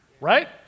right